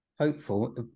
Hopeful